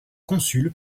consul